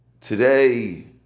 today